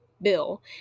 bill